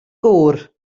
gŵr